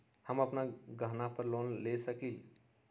हम अपन गहना पर लोन ले सकील?